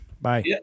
bye